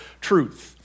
truth